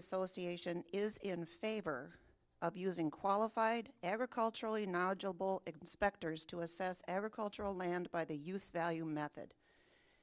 association is in favor of using qualified agriculturally knowledgeable inspectors to assess every cultural land by the use value method